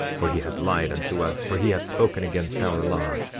for he hath lied unto us for he hath spoken against our law.